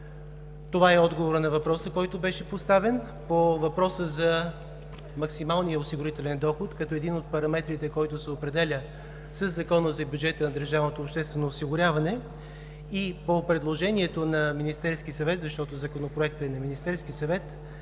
Това е отговорът на въпроса, който беше поставен. По въпроса за максималния осигурителен доход като един от параметрите, който се определя със Закона за бюджета на държавното обществено осигуряване и по предложението на Министерския съвет, защото Законопроектът е на Министерския съвет,